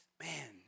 Man